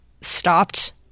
stopped